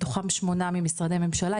מתוכם שמונה ממשרדי ממשלה,